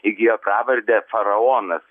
įgijo pravardę faraonas